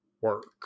work